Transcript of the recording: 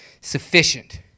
sufficient